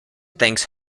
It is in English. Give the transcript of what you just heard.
thanks